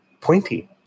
pointy